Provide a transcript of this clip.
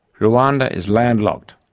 rwanda is landlocked.